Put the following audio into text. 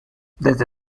desde